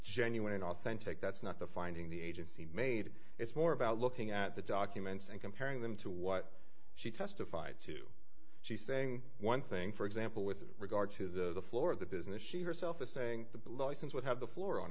genuine and authentic that's not the finding the agency made it's more about looking at the documents and comparing them to what she testified to she's saying one thing for example with regard to the floor of the business she herself is saying the blossoms would have the floor on